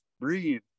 breathe